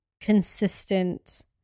consistent